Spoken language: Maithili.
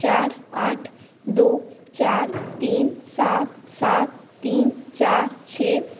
चारि आठ दू चारि तीन सात सात तीन चारि छै